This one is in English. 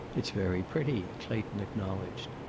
it's very pretty, clayton acknowledged.